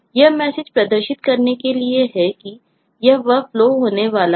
यह मैसेज प्रदर्शित करने के लिए है कि यह वह flow होने वाला है